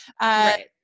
Right